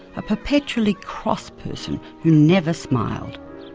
a perpetually cross person who never smiled.